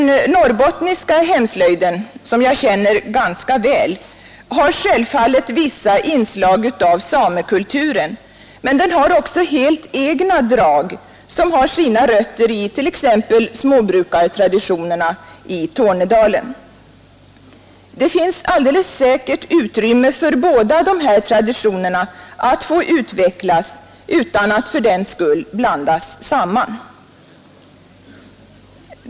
Den norrbottniska hemslöjden, som jag känner ganska väl, har självfallet vissa inslag av samekulturen, men den har också helt egna drag, som har sina rötter i exempelvis småbrukartraditionerna i Tornedalen. Det finns alldeles säkert utrymme för båda slagen av traditioner att få utvecklas utan att fördenskull blandas samman.